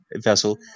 vessel